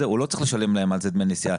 הוא לא צריך לשלם להם על זה דמי נסיעה,